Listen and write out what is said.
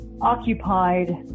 occupied